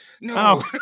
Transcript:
No